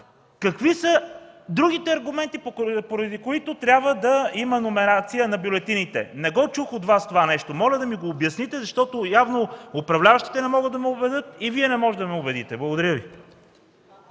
какви са другите аргументи, поради които трябва да има номерация на бюлетините? Не го чух от Вас това нещо. Моля да ми го обясните, защото явно управляващите не могат да ме убедят и Вие не можете да ме убедите. Благодаря Ви.